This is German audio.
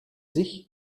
sich